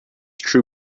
true